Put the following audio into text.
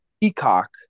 peacock